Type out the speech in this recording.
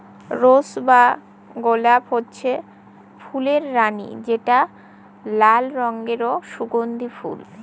rose বা গলাপ হচ্ছে ফুলের রানী যেটা লাল রঙের ও সুগন্ধি ফুল